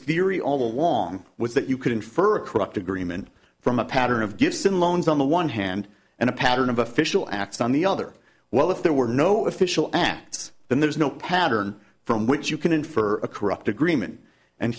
theory all along was that you could infer a corrupt agreement from a pattern of gifts and loans on the one hand and a pattern of official acts on the other while if there were no official acts then there is no pattern from which you can infer a corrupt agreement and